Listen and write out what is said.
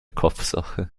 kopfsache